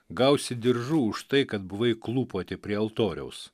gausi diržų už tai kad buvai klūpoti prie altoriaus